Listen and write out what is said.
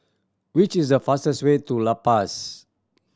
which is the fastest way to La Paz